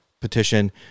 petition